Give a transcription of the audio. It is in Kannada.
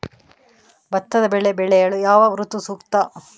ಭತ್ತದ ಬೆಳೆ ಬೆಳೆಯಲು ಯಾವ ಋತು ಸೂಕ್ತ?